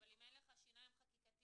אבל אם אין לך 'שיניים' חקיקתיים,